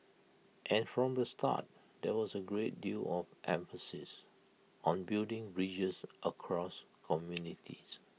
and from the start there was A great deal of emphasis on building bridges across communities